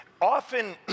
Often